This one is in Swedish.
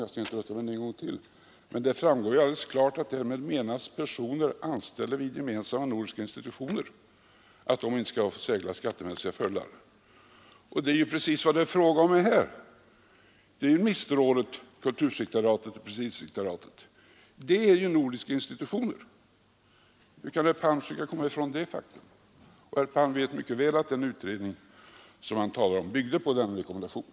Jag skall inte trötta kammaren med att läsa upp den en gång till, men det framgår ju alldeles klart att därmed menas att personer anställda vid gemensamma nordiska institutioner inte skall ha särskilda skattemässiga fördelar. Det är ju precis vad det är fråga om här. Det gäller ministerrådet, kultursekreteriatet och presidiesekreteriatet. Det är ju nordiska institutioner. Hur kan herr Palm försöka komma förbi detta faktum. Herr Palm vet mycket väl att den utredning han talade om byggde på denna rekommendation.